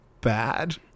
Bad